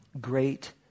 great